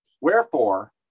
Wherefore